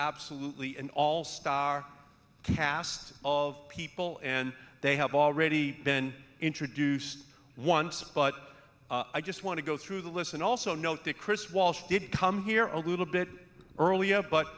absolutely an all star cast of people and they have already been introduced once but i just want to go through the list and also note that chris wallace did come here a little bit earlier